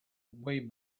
way